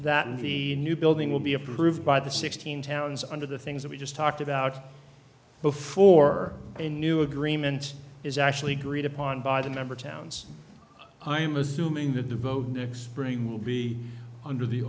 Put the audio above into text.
that the new building will be approved by the sixteen towns under the things that we just talked about before a new agreement is actually greed upon by the member towns i am assuming that the vote next spring will be under the